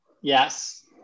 yes